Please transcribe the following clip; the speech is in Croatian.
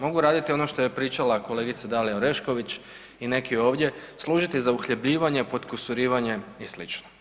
Mogu raditi ono što je pričala kolegica Dalija Orešković i neki ovdje, služiti za uhljebljivanje, potkusurivanje i slično.